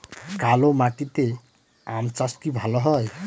কালো মাটিতে আম চাষ কি ভালো হয়?